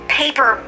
paper